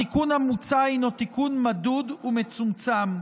התיקון המוצע הינו תיקון מדוד ומצומצם.